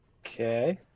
Okay